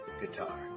guitar